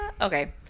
Okay